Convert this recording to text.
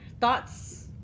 thoughts